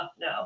no